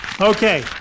Okay